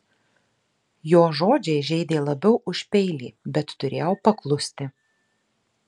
jo žodžiai žeidė labiau už peilį bet turėjau paklusti